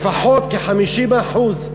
לפחות כ-50%?